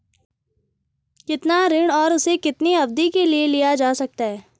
कितना ऋण और उसे कितनी अवधि के लिए लिया जा सकता है?